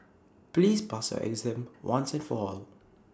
please pass your exam once and for all